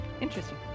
Interesting